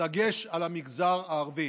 בדגש על המגזר הערבי.